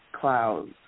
clouds